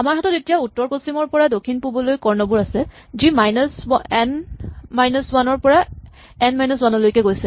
আমাৰ হাতত এতিয়া উত্তৰ পশ্চিমৰ পৰা দক্ষিণ পূবলৈ কৰ্ণবোৰ আছে যি মাইনাচ এন মাইনাচ ৱান ৰ পৰা এন মাইনাচ ৱান লৈকে গৈছে